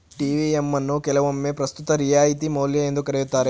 TVM ಅನ್ನು ಕೆಲವೊಮ್ಮೆ ಪ್ರಸ್ತುತ ರಿಯಾಯಿತಿ ಮೌಲ್ಯ ಎಂದು ಕರೆಯುತ್ತಾರೆ